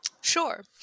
Sure